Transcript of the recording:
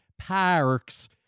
parks